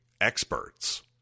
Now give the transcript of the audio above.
experts